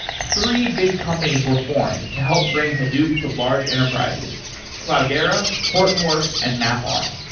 three big companies were formed to help bring hadoop to large enterprises cloudera, hortonworks and mapr.